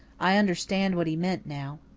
i understand what he meant now.